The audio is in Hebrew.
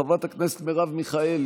חברת הכנסת מרב מיכאלי,